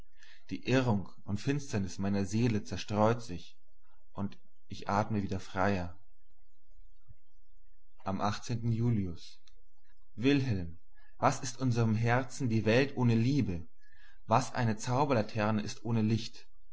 die irrung und finsternis meiner seele zerstreut sich und ich atme wieder freier am julius wilhelm was ist unserem herzen die welt ohne liebe was eine zauberlaterne ist ohne licht